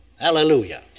Hallelujah